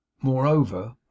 Moreover